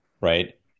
right